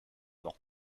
vent